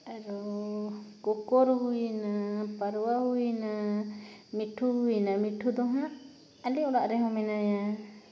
ᱟᱨᱚ ᱠᱚᱠᱚᱨ ᱦᱩᱭᱮᱱᱟ ᱯᱟᱣᱨᱟ ᱦᱩᱭᱮᱱᱟ ᱢᱤᱴᱷᱩ ᱦᱩᱭᱮᱱᱟ ᱢᱤᱴᱷᱩ ᱫᱚ ᱦᱟᱸᱜ ᱟᱞᱮ ᱚᱲᱟᱜ ᱨᱮᱦᱚᱸ ᱢᱮᱱᱟᱭᱟ